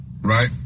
Right